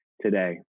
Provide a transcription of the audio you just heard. today